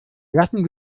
lassen